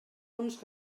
uns